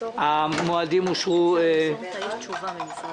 הצבעה בעד,